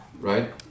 right